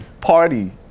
party